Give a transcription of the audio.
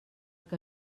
que